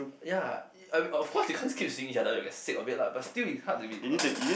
ya I mean of course you can't keep seeing each other you get sick of it lah but still it's hard to be not together